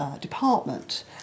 department